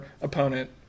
opponent